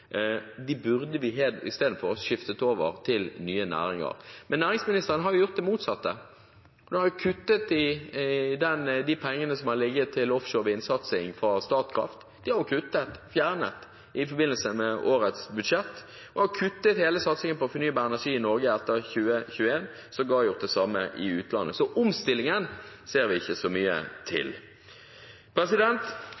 de burde vi i stedet ha skiftet over til nye næringer. Men næringsministeren har gjort det motsatte, for hun har jo kuttet i de pengene som har ligget til offshore vindsatsing fra Statkraft. De har hun kuttet – fjernet – i forbindelse med årets budsjett, og har kuttet hele satsingen på fornybar energi i Norge etter 2021 og sågar gjort det samme i utlandet. Så omstillingen ser vi ikke så mye